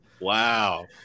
Wow